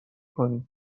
کنیم